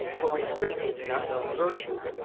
where restraint is an unknown virtue,